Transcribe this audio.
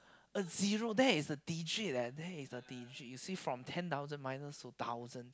a zero that is a digit leh that is a digit you see from ten thousand minus to thousand